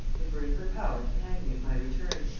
it were in her power to hang me at my return,